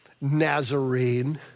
Nazarene